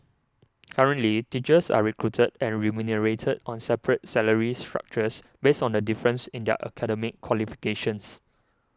currently teachers are recruited and remunerated on separate salary structures based on the difference in their academic qualifications